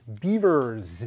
Beavers